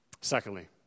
Secondly